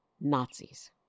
Nazis